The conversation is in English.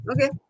Okay